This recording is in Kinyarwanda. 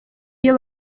iyo